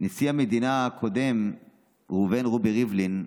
נשיא המדינה הקודם ראובן רובי ריבלין,